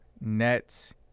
Nets